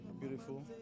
Beautiful